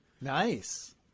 Nice